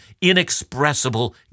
inexpressible